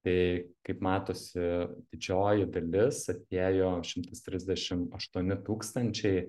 tai kaip matosi didžioji dalis atėjo šimtas trisdešim aštuoni tūkstančiai